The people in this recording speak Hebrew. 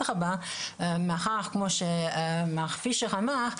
כמו שמר פישר אמר,